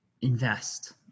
invest